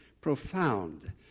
Profound